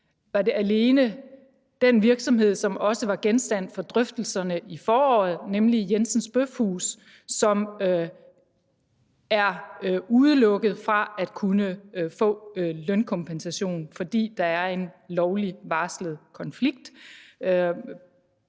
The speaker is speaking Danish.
var det alene den virksomhed, som også var genstand for drøftelserne i foråret, nemlig Jensens Bøfhus, som er udelukket fra at kunne få lønkompensation, fordi der er en lovligt varslet konflikt